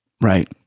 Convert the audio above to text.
Right